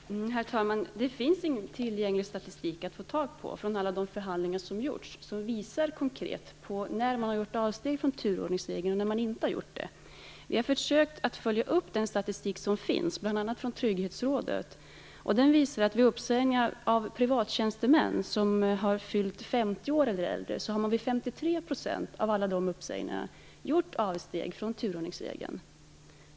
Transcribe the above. Herr talman! Det finns ingen tillgänglig statistik från alla de förhandlingar som gjorts som konkret visar när man har gjort avsteg från turordningsregeln och när man inte har gjort. Vi har försökt att följa upp den statistik som finns från bl.a. Trygghetsrådet. Den visar att vid uppsägningar av privattjänstemän som är 50 år eller äldre har man i 53 % av fallen gjort avsteg från turordningsregeln.